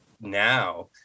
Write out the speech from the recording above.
now